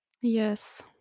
Yes